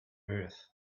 earth